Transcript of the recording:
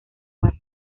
más